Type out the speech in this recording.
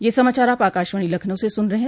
ब्रे क यह समाचार आप आकाशवाणी लखनऊ से सुन रहे हैं